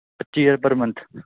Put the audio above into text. ਪੱਚੀ ਹਜ਼ਾਰ ਪਰ ਮਨਥ